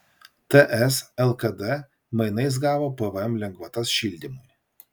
ts lkd mainais gavo pvm lengvatas šildymui